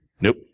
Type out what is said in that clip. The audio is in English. Nope